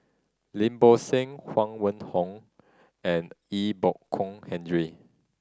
Lim Bo Seng Huang Wenhong and Ee Bo Kong Henry